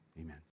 Amen